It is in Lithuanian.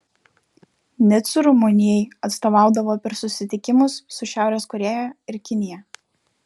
nicu rumunijai atstovaudavo per susitikimus su šiaurės korėja ir kinija